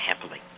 happily